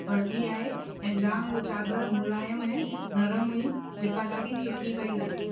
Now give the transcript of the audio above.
वरिती आहे ऐं जाम उहो चादरु मुलायम ऐं नरम हुई जेका ॾाढी सुठी पई लॻे